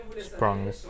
sprung